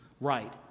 right